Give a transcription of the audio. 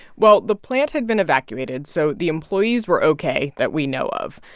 well, the plant had been evacuated. so the employees were ok that we know of,